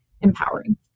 empowering